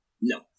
No